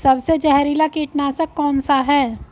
सबसे जहरीला कीटनाशक कौन सा है?